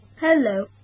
Hello